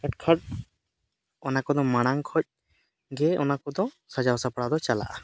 ᱮᱱᱠᱷᱟᱱ ᱚᱱᱟ ᱠᱚᱫᱚ ᱢᱟᱣᱟᱝ ᱠᱷᱚᱡᱜᱮ ᱚᱱᱟ ᱠᱚᱫᱚ ᱥᱟᱡᱟᱣ ᱥᱟᱯᱲᱟᱣ ᱫᱚ ᱪᱟᱞᱟᱜᱼᱟ